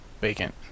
vacant